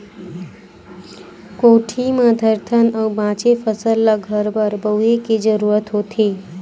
कोठी म धरथन अउ बाचे फसल ल घर बर बउरे के जरूरत होथे